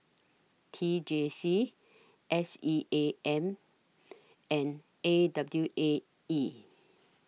T J C S E A M and A W A E